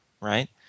right